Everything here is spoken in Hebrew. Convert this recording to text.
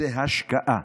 זו השקעה,